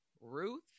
ruth